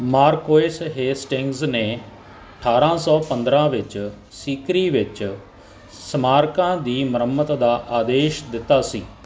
marquess Hastings ਨੇ ਅਠਾਰ੍ਹਾਂ ਸੌ ਪੰਦਰ੍ਹਾਂ ਵਿੱਚ ਸੀਕਰੀ ਵਿੱਚ ਸਮਾਰਕਾਂ ਦੀ ਮੁਰੰਮਤ ਦਾ ਆਦੇਸ਼ ਦਿੱਤਾ ਸੀ